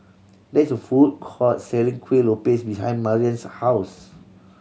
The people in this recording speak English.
there is a food court selling Kuih Lopes behind Marian's house